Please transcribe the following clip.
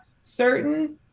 certain